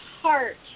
heart